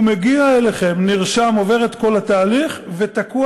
הוא מגיע אליכם, נרשם, עובר את כל התהליך ותקוע.